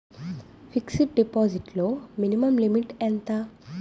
Fixed deposit లో minimum limit ఎంత?